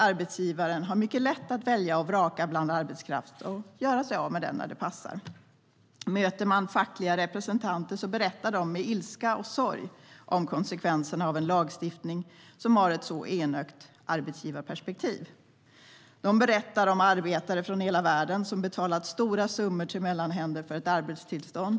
Arbetsgivaren har mycket lätt att välja och vraka bland arbetskraft och göra sig av med den när det passar. Fackliga representanter berättar med ilska och sorg om konsekvenserna av en lagstiftning som har ett så enögt arbetsgivarperspektiv. De berättar om arbetare från hela världen som betalat stora summor till mellanhänder för ett arbetstillstånd.